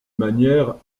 manière